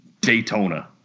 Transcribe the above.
Daytona